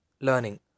learning